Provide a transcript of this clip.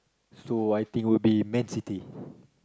so I think would be man-city